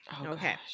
Okay